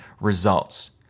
results